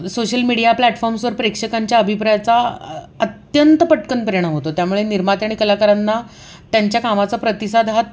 social media प्लॅटफॉर्म्सवर प्रेक्षकांच्या अभिप्रायाचा अत्यंत पटकन परिणाम होतो त्यामुळे निर्माते आणि कलाकारांना त्यांच्या कामाचा प्रतिसाद हा